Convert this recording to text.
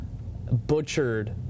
butchered